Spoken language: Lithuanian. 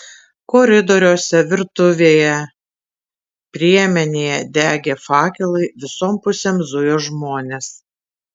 koridoriuose virtuvėje priemenėje degė fakelai visom pusėm zujo žmonės